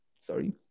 Sorry